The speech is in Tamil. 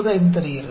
095 தருகிறது